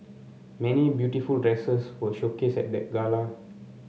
many beautiful dresses were showcased at the gala